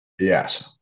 Yes